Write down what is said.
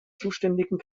zuständigen